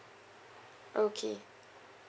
okay